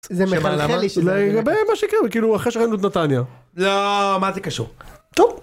זה מחלחל לי שזה.. מה שיקרה וכאילו אחרי ש.. נתניה לא.. מה זה קשור? טוב